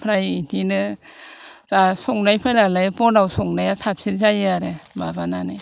ओमफ्राय बेदिनो दा संनाय फोरालाय बनाव संनाया साबसिन जायो आरो माबानानै